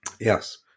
yes